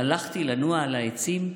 והלכתי לנוע על העצים.